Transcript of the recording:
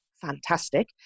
fantastic